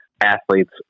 athletes